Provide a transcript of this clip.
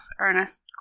Ernest